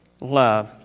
love